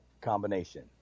combination